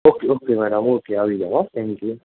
okay okay madam આવી જાવ હોં થેન્ક યુ